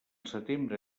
setembre